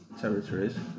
territories